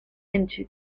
into